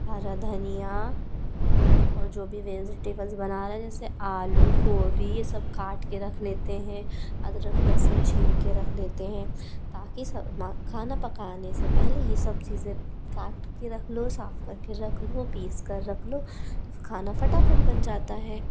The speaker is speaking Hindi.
हरा धनिया और जो भी वेज़ीटेबल्स बना रहें जेसे आलू गोबी ये सब काट के रख लेते हैं अदरक लहसुन छील के रख लेते हैं ताकि सा ना खाना पकाने से पहले ये सब चीज़ें काट के रख लो साफ़ कर के रख लो पीस कर रख लो खाना फटाफट बन जाता है